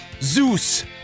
Zeus